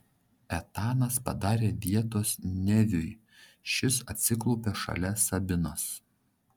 etanas padarė vietos neviui šis atsiklaupė šalia sabinos